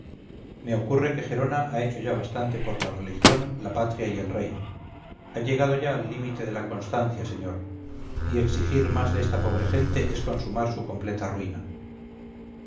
me ocurre que gerona ha hecho ya bastante por la religión la patria y el rey ha llegado ya al límite de la constancia señor y exigir más de esta pobre gente es consumar su completa ruina